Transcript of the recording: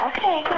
Okay